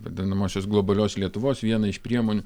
vadinamosios globalios lietuvos vieną iš priemonių